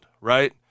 right